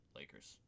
Lakers